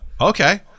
Okay